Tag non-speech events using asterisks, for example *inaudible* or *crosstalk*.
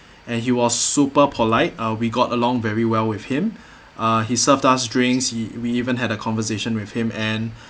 and he was super polite uh we got along very well with him *breath* uh he served us drinks he we even had a conversation with him and *breath*